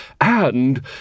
And